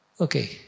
okay